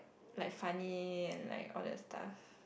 like funny and like all that stuff